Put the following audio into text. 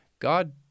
god